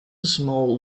small